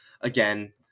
Again